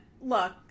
Look